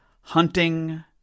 Hunting